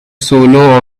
solo